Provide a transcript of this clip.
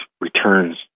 returns